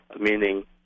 meaning